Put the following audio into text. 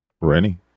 Renny